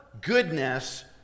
goodness